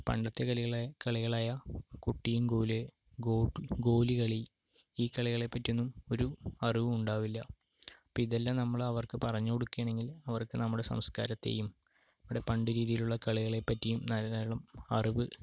പണ്ടത്തെ കളികളായ കളികളായ കുട്ടീം കോല് ഗോലികളി ഈ കളികളെപ്പറ്റിയൊന്നും ഒരു അറിവും ഉണ്ടാവില്ല ഇപ്പോൾ ഇതെല്ലം നമ്മൾ അവർക്ക് പറഞ്ഞയു കൊടുക്കുകയാണെങ്കിൽ അവർക്ക് നമ്മുടെ സംസ്കാരത്തെയും നമ്മുടെ പണ്ടു രീതിയിലുള്ള കളികളെപ്പറ്റിയും ധാരാളം അറിവ്